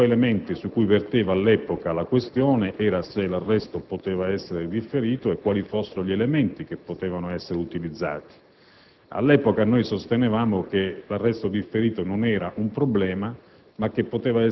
I due elementi sui quali verteva all'epoca la questione erano se l'arresto poteva essere differito e quali elementi potessero essere utilizzati. All'epoca, noi sostenevamo che l'arresto differito non era una problema